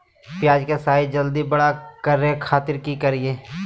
प्याज के साइज जल्दी बड़े खातिर की करियय?